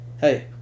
hey